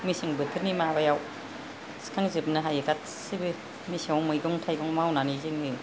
मेसें बोथोरनि माबायाव थिखांजोबनो हायो गासिबो मेसेंआव मैगं थाइगं मावनानै जोङो